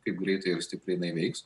kaip greitai ir stipriai jinai veiks